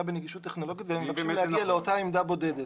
בנגישות טכנולוגית והם מבקשים להגיע לאותה עמדה בודדת?